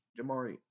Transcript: Jamari